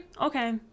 Okay